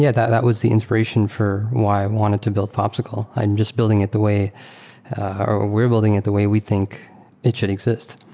yeah that that was the inspiration for why i wanted to build popsql. i'm just building it the way or we're building it the way we think it should exist.